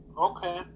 Okay